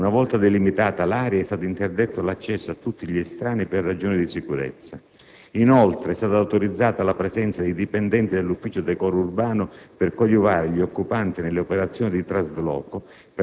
una volta delimitata l'area, è stato interdetto l'accesso a tutti gli estranei per ragioni di sicurezza. Inoltre, è stata autorizzata la presenza di dipendenti dell'Ufficio decoro urbano per coadiuvare gli occupanti nelle operazioni di trasloco,